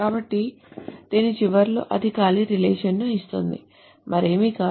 కాబట్టి దీని చివరలో అది ఖాళీ రిలేషన్ ను ఇస్తుంది మరేమీ కాదు